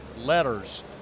letters